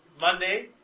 Monday